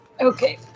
Okay